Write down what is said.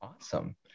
Awesome